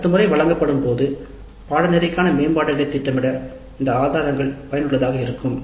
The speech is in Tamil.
அடுத்த முறை வழங்கப்படும் போது பாடநெறிக்கான மேம்பாடுகளைத் திட்டமிட இந்த ஆதாரங்கள் பயனுள்ளதாக இருக்கும்